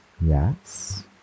yes